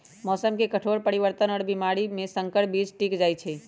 मौसम के कठोर परिवर्तन और बीमारी में संकर बीज टिक जाई छई